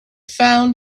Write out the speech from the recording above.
found